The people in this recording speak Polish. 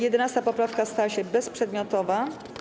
11. poprawka stała się bezprzedmiotowa.